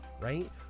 right